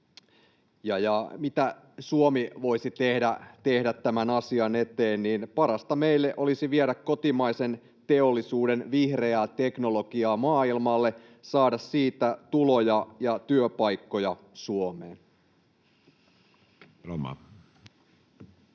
mitä Suomi voisi tehdä tämän asian eteen, niin parasta meille olisi viedä kotimaisen teollisuuden vihreää teknologiaa maailmalle, saada siitä tuloja ja työpaikkoja Suomeen.